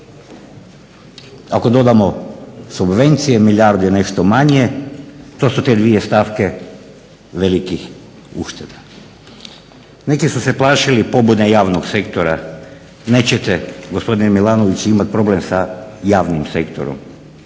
Ako dodamo subvencije milijardu i nešto manje, to su te dvije stavke velikih ušteda. Neki su se plašili pobune javnog sektora. Nećete gospodine Milanoviću imati problem sa javnim sektorom,